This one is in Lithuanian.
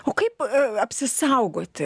o kaip apsisaugoti